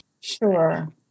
Sure